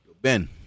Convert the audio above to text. Ben